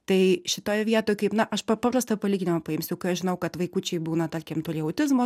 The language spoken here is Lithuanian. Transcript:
tai šitoje vietoj kaip na aš paprastą palyginimą paimsiu kai aš žinau kad vaikučiai būna tarkim turi autizmo